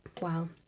Wow